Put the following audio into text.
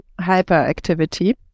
hyperactivity